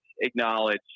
acknowledge